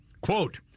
Quote